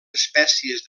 espècies